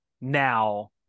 now